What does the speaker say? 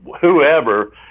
whoever